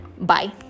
Bye